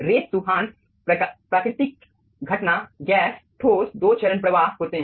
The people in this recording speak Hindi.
रेत तूफान प्राकृतिक घटना गैस ठोस दो चरण प्रवाह होते हैं